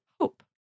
hope